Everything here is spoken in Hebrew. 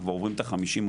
כבר עוברים את ה-50%.